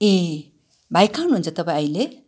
ए भाइ कहाँ हुनुहुन्छ तपाईँ अहिले